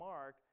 Mark